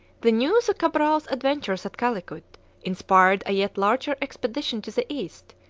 the news of cabral's adventures at calicut inspired a yet larger expedition to the east,